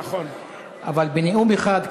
אבל בנאום אחד,